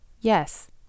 Yes